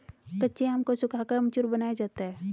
कच्चे आम को सुखाकर अमचूर बनाया जाता है